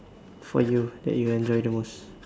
for you that you enjoy the most